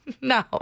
no